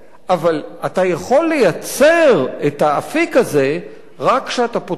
אבל אתה יכול לייצר את האפיק הזה רק כשאתה פותח את העיניים,